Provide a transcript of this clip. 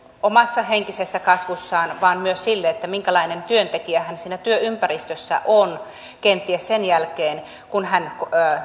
omassa henkisessä kasvussaan vaan myös sille minkälainen työntekijä hän siinä työympäristössä on kenties sen jälkeen kun hän